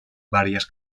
varias